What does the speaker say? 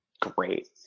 great